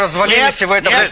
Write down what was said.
volodya'